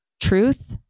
Truth